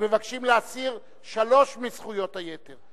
מבקשים להסיר שלוש מזכויות היתר,